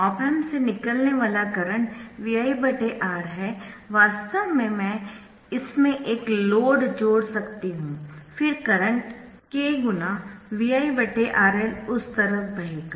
op amp से निकलने वाला करंट ViR है वास्तव में मैं इसमें एक लोड जोड़ सकती हूं फिर करंट KVi RL उस तरफ बहेगा